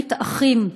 ברית אחים,